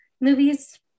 movies